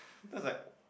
then I was like